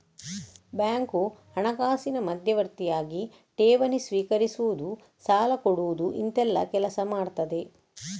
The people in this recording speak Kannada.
ಬ್ಯಾಂಕು ಹಣಕಾಸಿನ ಮಧ್ಯವರ್ತಿಯಾಗಿ ಠೇವಣಿ ಸ್ವೀಕರಿಸುದು, ಸಾಲ ಕೊಡುದು ಇಂತೆಲ್ಲ ಕೆಲಸ ಮಾಡ್ತದೆ